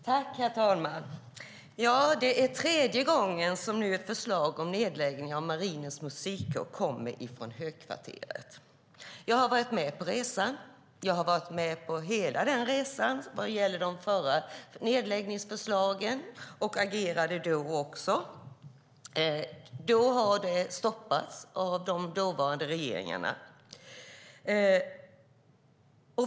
Herr talman! Det är tredje gången som ett förslag om nedläggning av Marinens Musikkår kommer från Högkvarteret. Jag har varit med på hela resan vad gäller de tidigare nedläggningsförslagen, och jag agerade då också. Då stoppades förslagen av de dåvarande regeringarna.